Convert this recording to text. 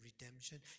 redemption